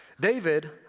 David